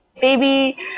baby